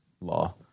law